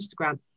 Instagram